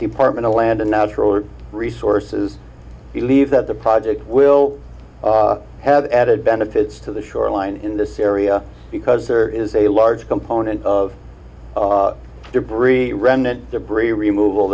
department of land and natural resources believe that the project will have added benefits to the shoreline in this area because there is a large component of debris remnant debris removal